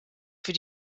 für